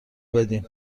بدین